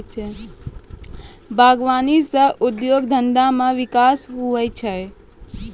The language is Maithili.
बागवानी से उद्योग धंधा मे बिकास हुवै छै